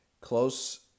close